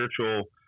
spiritual